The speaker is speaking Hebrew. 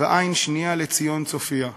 ועין שנייה לציון צופייה.